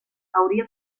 hauria